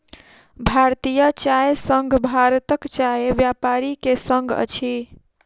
भारतीय चाय संघ भारतक चाय व्यापारी के संग अछि